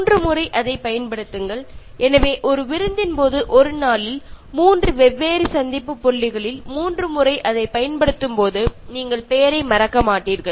மூன்று முறை அதைப் பயன்படுத்துங்கள் எனவே ஒரு விருந்தின் போது ஒரே நாளில் மூன்று வெவ்வேறு சந்திப்பு புள்ளிகளில் மூன்று முறை அதைப் பயன்படுத்தும்போது நீங்கள் பெயரை மறக்க மாட்டீர்கள்